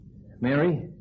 Mary